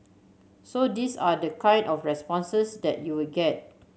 so these are the kind of responses that you'll get